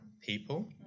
people